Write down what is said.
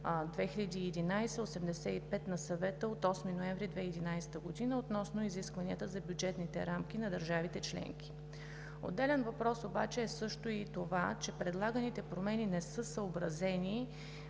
2011/85 на Съвета от 8 ноември 2011 г. относно изискванията за бюджетните рамки на държавите членки. Отделен въпрос е също, че предлаганите промени не са съобразени